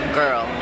girl